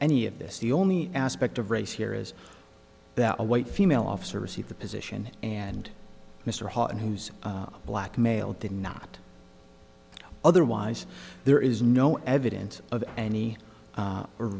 any of this the only aspect of race here is that a white female officer received the position and mr houghton who's black male did not otherwise there is no evidence of any a